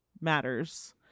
matters